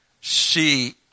see